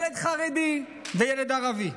ילד חרדי וילד ערבי.